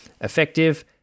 effective